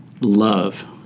love